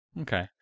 Okay